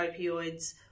opioids